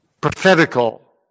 prophetical